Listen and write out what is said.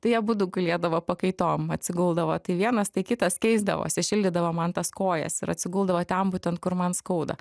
tai abudu gulėdavo pakaitom atsiguldavo tai vienas tai kitas keisdavosi šildydavo man tas kojas ir atsiguldavo ten būtent kur man skauda